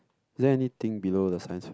is there anything below the science